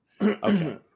Okay